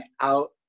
out